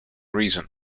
reason